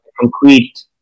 concrete